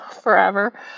forever